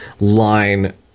line –